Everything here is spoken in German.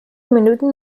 minuten